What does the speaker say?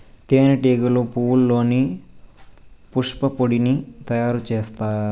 తేనె టీగలు పువ్వల్లోని పుప్పొడిని తయారు చేత్తాయి